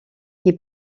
qui